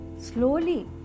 slowly